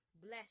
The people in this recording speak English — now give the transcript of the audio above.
bless